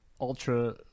ultra